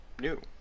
new